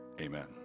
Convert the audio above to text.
Amen